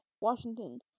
Washington